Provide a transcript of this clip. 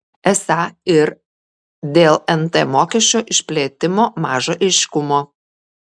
esą ir dėl nt mokesčio išplėtimo maža aiškumo